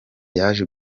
yaje